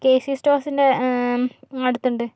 K C സ്റ്റോർസിൻ്റെ അടുത്തുണ്ട്